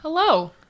Hello